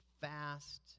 fast